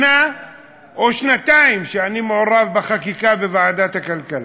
שנה או שנתיים שאני מעורב בחקיקה בוועדת הכלכלה,